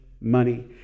money